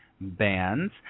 bands